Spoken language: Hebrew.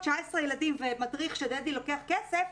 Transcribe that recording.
19 ילדים ומדריך שדדי לוקח כסף,